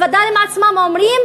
הווד"לים עצמם אומרים,